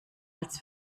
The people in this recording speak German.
als